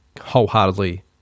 wholeheartedly